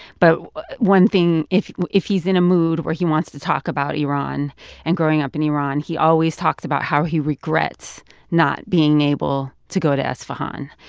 but one thing, if if he's in a mood where he wants to talk about iran and growing up in iran, he always talks about how he regrets not being able to go to isfahan.